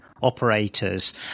operators